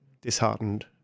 disheartened